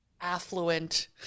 affluent